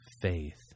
faith